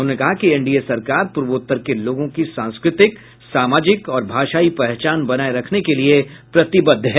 उन्होंने कहा कि एनडीए सरकार पूर्वोत्तर के लोगों की सांस्कृतिक सामाजिक और भाषायी पहचान बनाये रखने के लिए प्रतिबद्ध है